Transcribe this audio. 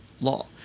law